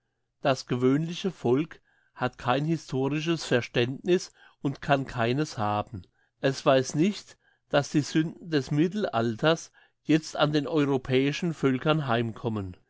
das gewöhnliche volk hat kein historisches verständniss und kann keines haben es weiss nicht dass die sünden des mittelalters jetzt an den europäischen völkern